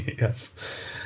Yes